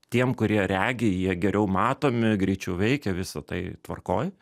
tiem kurie regi jie geriau matomi greičiau veikia visa tai tvarkoj